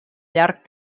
llarg